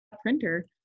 printer